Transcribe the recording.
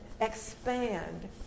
expand